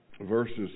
verses